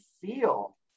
feel